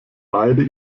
beide